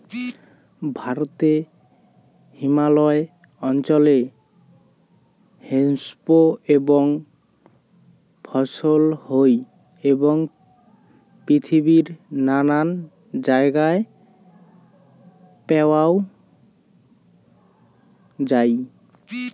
ভারতে হিমালয় অঞ্চলে হেম্প এর ফছল হই এবং পৃথিবীর নানান জায়গায় প্যাওয়াঙ যাই